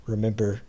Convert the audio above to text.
Remember